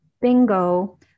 Bingo